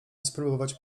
spróbować